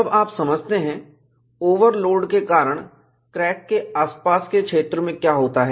जब आप समझते हैं ओवरलोड के कारण क्रैक के आसपास के क्षेत्र में क्या होता है